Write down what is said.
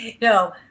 No